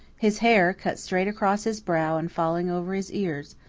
his hair, cut straight across his brow and falling over his ears,